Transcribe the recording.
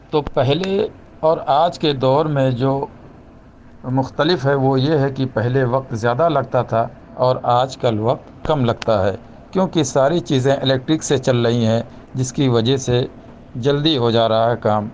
تو پہلے اور آج کے دور میں جو مختلف ہے وہ یہ ہے کہ پہلے وقت زیادہ لگتا تھا اور آج کل وقت کم لگتا ہے کیونکہ ساری چیزیں الیکٹرک سے چل رہی ہیں جس کی وجہ سے جلدی ہو جا رہا ہے کام